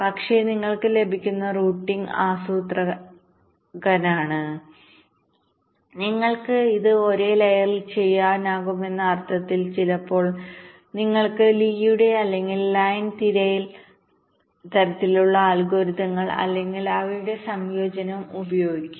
അതിനാൽ നിങ്ങൾക്ക് ലഭിക്കുന്ന റൂട്ടിംഗ് ആസൂത്രകനാണ് നിങ്ങൾക്ക് ഇത് ഒരേ ലെയറിൽ ചെയ്യാനാകുമെന്ന അർത്ഥത്തിൽ ചിലപ്പോൾ നിങ്ങൾക്ക് ലീയുടെ അല്ലെങ്കിൽ ലൈൻ തിരയൽLee's or line searchതരത്തിലുള്ള അൽഗോരിതങ്ങൾ അല്ലെങ്കിൽ അവയുടെ സംയോജനം ഉപയോഗിക്കാം